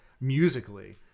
musically